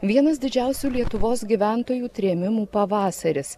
vienas didžiausių lietuvos gyventojų trėmimų pavasaris